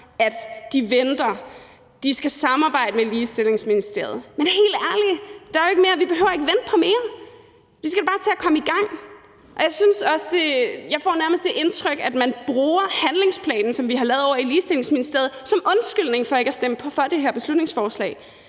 at de venter, og at de skal samarbejde med Ligestillingsministeriet, men helt ærligt, der er jo ikke mere, vi behøver at vente på. Vi skal bare til at komme i gang. Jeg får nærmest det indtryk, at man bruger handlingsplanen, som vi har lavet ovre i Ligestillingsministeriet, som undskyldning for ikke at stemme for det her beslutningsforslag.